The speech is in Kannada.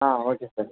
ಹಾಂ ಓಕೆ ಸರ್